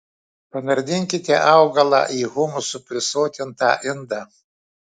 panardinkite augalą į humusu prisotintą indą